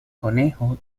conejo